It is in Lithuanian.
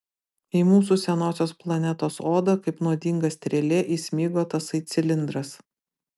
į mūsų senosios planetos odą kaip nuodinga strėlė įsmigo tasai cilindras